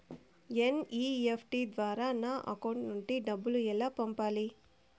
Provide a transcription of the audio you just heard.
NEFT ద్వారా నా account నుండి డబ్బులు ఎలా పంపాలి